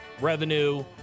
revenue